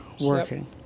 working